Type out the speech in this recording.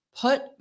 put